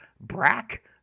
Brack